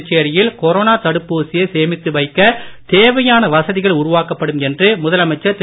புதுச்சேரியில் கொரோனா தடுப்பூசியை சேமித்து வைக்க தேவையான வசதிகள் உருவாக்கப்படும் என்று முதலமைச்சர் திரு